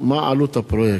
3. מה היא עלות הפרויקט?